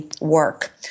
work